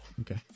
okay